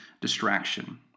distraction